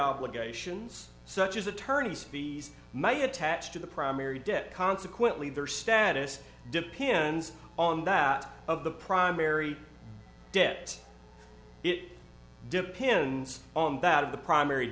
obligations such as attorneys fees may attach to the primary debt consequently their status depends on that of the primary debt it depends on that of the primary